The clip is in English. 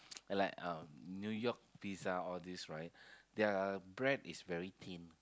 like um New-York pizza all these right their bread is very thin